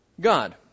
God